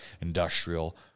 industrial